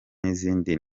n’izindi